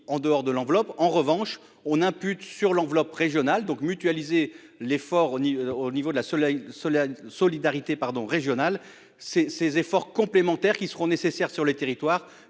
en dehors de l'enveloppe en revanche on impute sur l'enveloppe régionale donc mutualiser l'effort ni au niveau de la soleil sur la solidarité pardon régional ces ces efforts complémentaires qui seront nécessaires sur le territoire